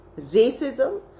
racism